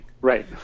Right